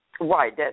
Right